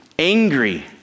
angry